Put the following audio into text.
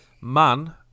man